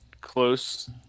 close